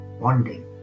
bonding